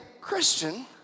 Christian